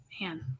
Man